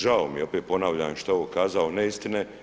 Žao mi je, opet ponavljam što je ovo kazao neistine.